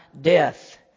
death